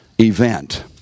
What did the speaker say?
event